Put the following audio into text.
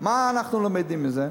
מה אנחנו למדים מזה?